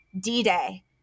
D-Day